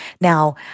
Now